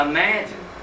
Imagine